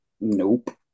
Nope